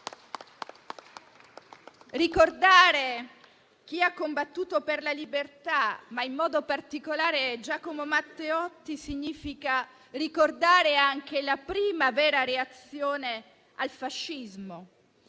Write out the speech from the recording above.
Ricordare chi ha combattuto per la libertà, ma in modo particolare Giacomo Matteotti, significa ricordare anche la prima vera reazione al fascismo,